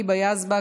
היבה יזבק,